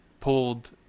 pulled